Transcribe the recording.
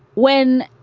when